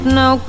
no